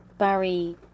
Barry